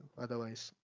otherwise